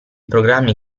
programmi